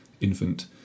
infant